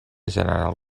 general